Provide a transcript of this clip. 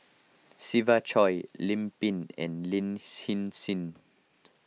Siva Choy Lim Pin and Lin Hsin Hsin